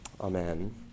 Amen